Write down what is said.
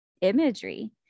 imagery